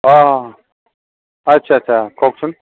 অ' আচ্ছা আচ্ছা কওকচোন